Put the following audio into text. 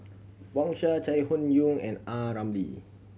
Wang Sha Chai Hon Yoong and A Ramli